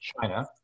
China